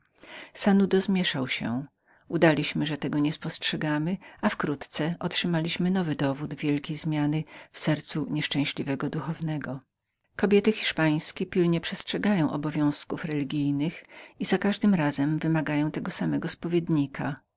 książki sanudo zmieszał się udaliśmy że tego nie spostrzegamy i wkrótce otrzymaliśmy nowy dowód wielkiej zmiany w sercu nieszczęśliwego dnchownegoduchownego kobiety hiszpańskie pilnie przestrzegają obowiązków religijnych i za każdym razem wymagają tego samego spowiednika